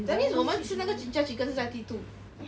that means 我们吃那个 jinjja chicken 是在 T two